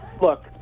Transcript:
Look